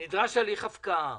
"נדרש הליך הפקעה".